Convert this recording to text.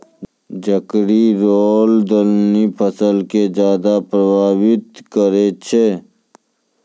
झड़की रोग दलहनी फसल के ज्यादा प्रभावित करै छै